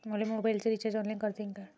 मले मोबाईलच recharge online करता येईन का?